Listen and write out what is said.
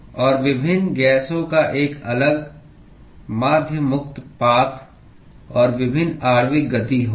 और विभिन्न गैसों का एक अलग माध्य मुक्त पाथ और विभिन्न आणविक गति होगी